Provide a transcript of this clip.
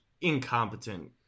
incompetent